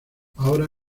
ahora